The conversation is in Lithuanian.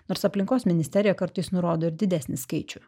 nors aplinkos ministerija kartais nurodo ir didesnį skaičių